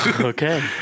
Okay